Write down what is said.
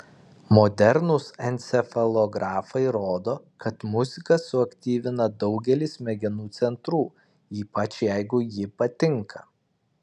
modernūs encefalografai rodo kad muzika suaktyvina daugelį smegenų centrų ypač jeigu ji patinka